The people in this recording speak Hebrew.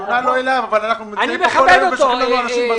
התלונה מופנית לא אליו אלא על כך